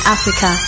Africa